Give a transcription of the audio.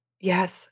Yes